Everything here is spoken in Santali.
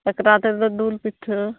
ᱥᱟᱠᱨᱟᱛ ᱨᱮᱫᱚ ᱫᱩᱞ ᱯᱤᱴᱷᱟᱹ